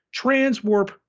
transwarp